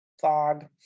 Fog